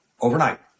overnight